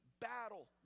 battle